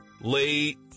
Late